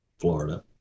Florida